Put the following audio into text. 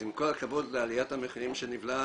אז עם כל הכבוד לעליית המחירים שנבלמה,